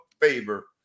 favor